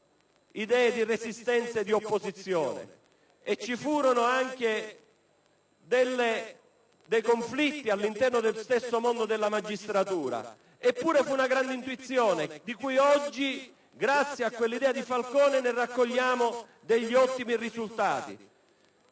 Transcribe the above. idee di resistenza e di opposizione, nonché conflitti all'interno dello stesso mondo della magistratura; eppure fu una grande intuizione di cui oggi, grazie all'idea di Falcone, raccogliamo ottimi risultati.